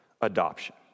adoption